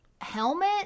helmet